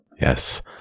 Yes